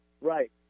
Right